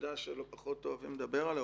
נקודה שלא פחות אוהבים לדבר עליה,